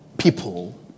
people